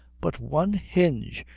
but one hinge!